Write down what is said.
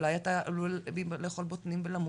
אולי אתה עלול לאכול בוטנים ולמות?